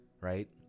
right